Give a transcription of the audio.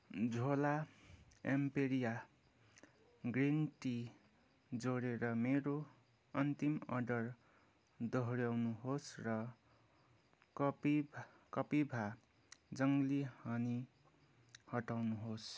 झोला Emperia green tea जोडेर मेरो अन्तिम अर्डर दोहोऱ्याउनुहोस् र कपि कपिभा जङ्गली हनी हटाउनुहोस्